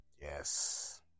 Yes